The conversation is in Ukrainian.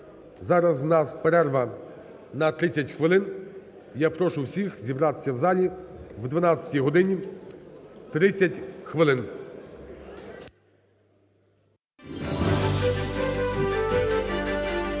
зараз в нас перерва на 30 хвилин. Я прошу всіх зібратися в залі в 12 годині 30 хвилин.